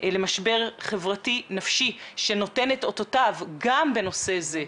למשבר חברתי נפשי שנותן את אותותיו גם בנושא זה,